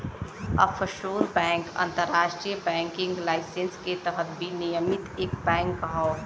offshore bank अंतरराष्ट्रीय banking licence के तहत विनियमित एक बैंक हौ